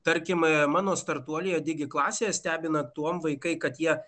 tarkime mano startuolyje digi klasėje stebina tuom vaikai kad jie